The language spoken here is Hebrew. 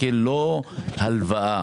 ה-6,000.